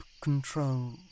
control